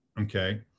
okay